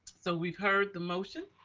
so we've heard the motion.